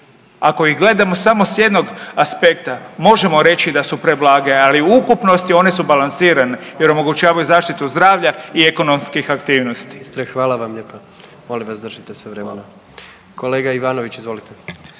Ako ih gledamo samo s jednog aspekta možemo reći da su preblage, ali u ukupnosti one su balansirane jer omogućavaju zaštitu zdravlja i ekonomskih aktivosti.